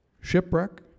shipwreck